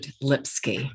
Lipsky